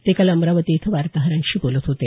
ते काल अमरावती इथं वार्ताहरांशी बोलत होते